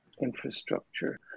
infrastructure